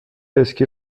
اسکی